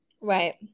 Right